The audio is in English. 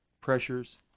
pressures